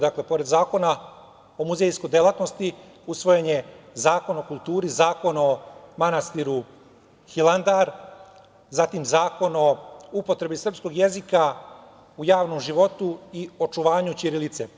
Dakle, pored Zakona o muzejskoj delatnosti, usvojen je Zakon o kulturi, Zakon o manastiru Hilandar, Zakon o upotrebi srpskog jezika u javnom životu i očuvanju ćirilice.